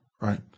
right